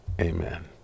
Amen